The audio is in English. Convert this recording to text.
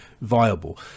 viable